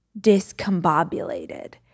discombobulated